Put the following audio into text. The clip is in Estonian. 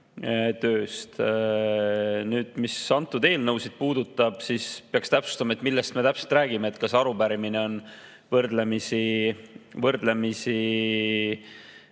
tööst. Mis antud eelnõusid puudutab, siis peaks täpsustama, millest me täpselt räägime. See arupärimine on võrdlemisi